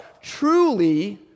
truly